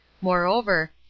moreover